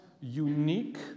unique